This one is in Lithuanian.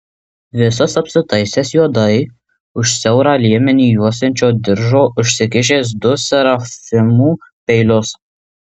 visas apsitaisęs juodai už siaurą liemenį juosiančio diržo užsikišęs du serafimų peilius